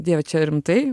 dieve čia rimtai